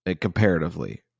comparatively